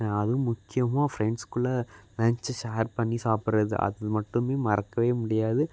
அதுவும் முக்கியமாக ஃப்ரெண்ட்ஸ் குள்ளே லஞ்ச்சை ஷேர் பண்ணி சாப்பிட்றது அது மட்டுமே மறக்கவே முடியாது